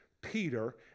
Peter